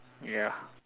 ya